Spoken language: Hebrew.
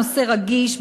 הנושא רגיש,